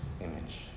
image